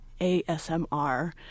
ASMR